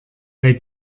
bei